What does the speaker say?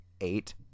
eight